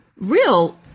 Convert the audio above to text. real